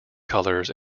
colors